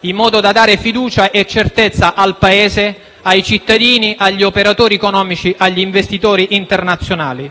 in modo da dare fiducia e certezza al Paese, ai cittadini, agli operatori economici e agli investitori internazionali.